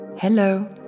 Hello